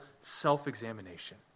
self-examination